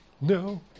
No